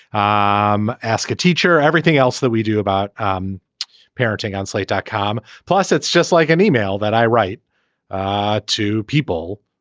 um ask a teacher or everything else that we do about um parenting on slate dot com. plus it's just like an email that i write ah to people